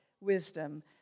wisdom